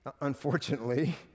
unfortunately